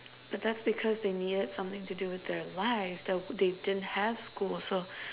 but that's because they needed something to do with their lives the~ they didn't have school so